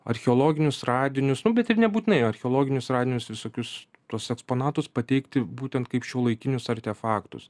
archeologinius radinius nu bet ir nebūtinai archeologinius radinius visokius tuos eksponatus pateikti būtent kaip šiuolaikinius artefaktus